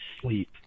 sleep